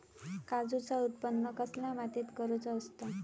काजूचा उत्त्पन कसल्या मातीत करुचा असता?